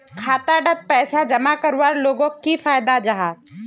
खाता डात पैसा जमा करवार लोगोक की फायदा जाहा?